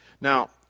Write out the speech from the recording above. Now